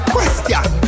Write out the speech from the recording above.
Question